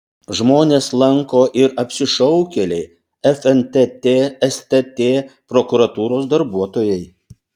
žmones lanko ir apsišaukėliai fntt stt prokuratūros darbuotojai